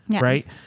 Right